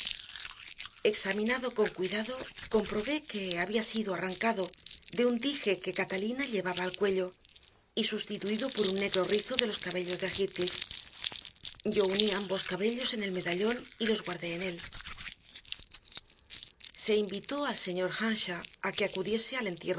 examinado con cuidado comprobé que había sido arrancado de un dije que catalina llevaba al cuello y sustituido por un negro rizo de los cabellos de heathcliff yo uní ambos cabellos en el medallón y los guardé en él se invitó al señor earnshaw a que acudiese al